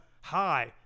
high